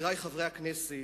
חברי חברי הכנסת: